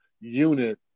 unit